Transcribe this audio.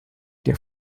der